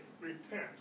Repent